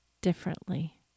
differently